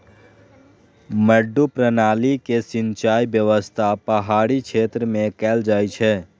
मड्डू प्रणाली के सिंचाइ व्यवस्था पहाड़ी क्षेत्र मे कैल जाइ छै